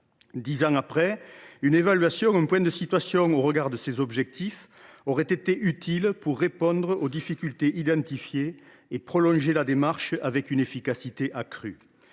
Dix ans plus tard, une évaluation, ou du moins un point de situation au regard de ces objectifs, aurait été utile pour répondre aux difficultés identifiées et prolonger la démarche avec une efficacité accrue.